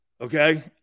Okay